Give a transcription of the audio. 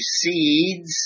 seeds